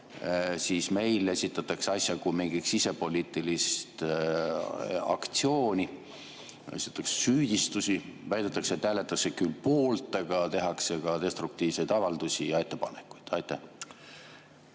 siis meil esitatakse asja kui mingit sisepoliitilist aktsiooni, esitatakse süüdistusi ja väidetakse, et hääletatakse küll poolt, aga tehakse ka destruktiivsed avaldusi ja ettepanekuid? Aitäh!